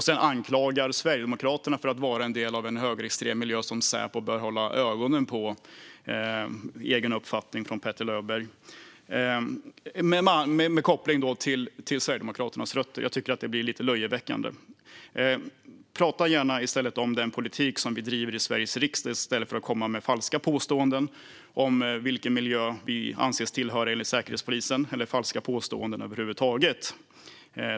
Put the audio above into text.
Sedan anklagar han Sverigedemokraterna för att vara en del av en högerextrem miljö som Säpo bör hålla ögonen på - en egen uppfattning från Petter Löberg - och gör en koppling till Sverigedemokraternas rötter. Jag tycker att det blir lite löjeväckande. Prata gärna om den politik som Sverigedemokraterna bedriver i Sveriges riksdag i stället för att komma med falska påståenden om vilken miljö vi anses tillhöra enligt Säkerhetspolisen eller med falska påståenden över huvud taget!